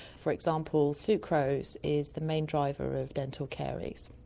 for example, sucrose is the main driver of dental caries,